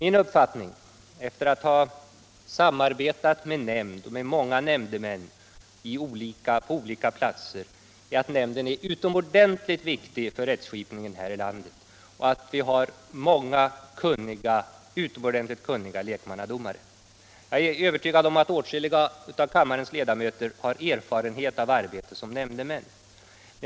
Min uppfattning är, efter att ha samarbetat med många nämndemän på olika platser, att nämnden är utomordentligt viktig för rättskipningen här i landet och att vi har många utomordentligt kunniga lekmannadomare. Jag är övertygad om att åtskilliga av kammarens ledamöter har erfarenhet av arbete som nämndemän.